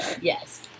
Yes